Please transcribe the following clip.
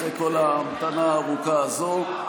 אחרי כל ההמתנה הארוכה הזאת.